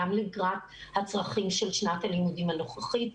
גם לקראת הצרכים של שנת הלימודים של הלימודים הנוכחית,